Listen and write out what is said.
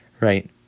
right